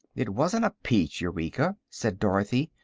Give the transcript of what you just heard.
it wasn't a peach, eureka, said dorothy.